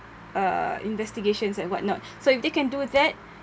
uh investigations and what not so if they can do that